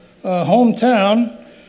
hometown